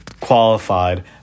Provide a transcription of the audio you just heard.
qualified